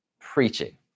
preaching